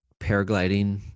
paragliding